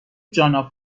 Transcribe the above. جانا